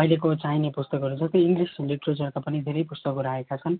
अहिलेको चाहिने पुस्तकहरू सबै इङ्गलिस लिट्रेचरका पनि धेरै पुस्तकहरू आएका छन्